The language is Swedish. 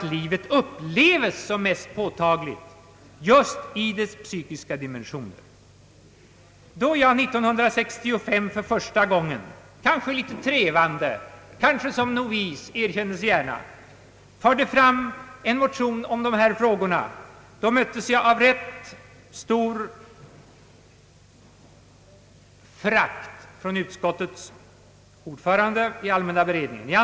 den psykiska hälsovården att livet upplevs som mest påtagligt just i de psykiska dimensionerna. Då jag 1965 för första gången — kanske litet trevande som en novis, det erkännes gärna — förde fram en motion om dessa frågor, möttes jag av ett rätt stort förakt från utskottets ordförande i allmänna beredningsutskottet.